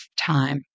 time